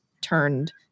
turned